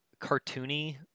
cartoony